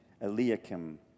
Eliakim